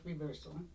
reversal